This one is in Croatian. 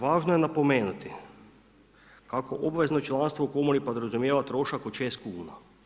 Važno je napomenuti kako obavezno članstvo u komori podrazumijeva trošak od 6 kuna.